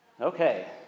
Okay